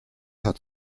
hat